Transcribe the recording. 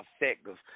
effective